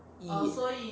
ya